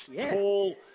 tall